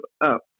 up